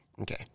Okay